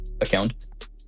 account